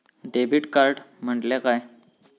Debit card म्हटल्या काय?